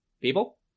people